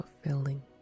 fulfilling